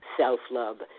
self-love